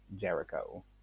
Jericho